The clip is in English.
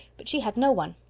but she had no one.